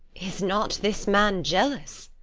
is not this man jealous?